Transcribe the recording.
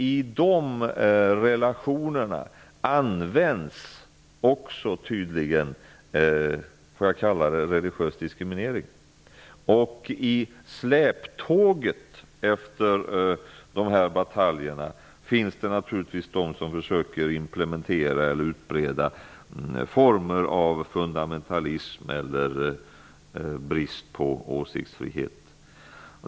I dessa relationer används tydligen också -- om jag så får kalla det -- religiös diskriminering. I släptåget efter bataljerna finns det naturligtvis de som försöker att implementera eller utbreda former av fundamentalism eller bristande åsiktsfrihet.